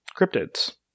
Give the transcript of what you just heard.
cryptids